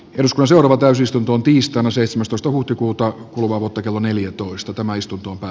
joskus orava täysistuntoon tiistaina seitsemästoista huhtikuuta kuluvaa vuotta kello neljätoista ta maistuu touko